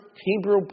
Hebrew